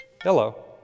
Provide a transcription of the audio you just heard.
Hello